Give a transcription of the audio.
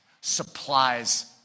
supplies